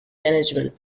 management